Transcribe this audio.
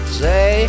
say